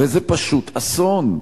זה פשוט אסון.